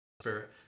spirit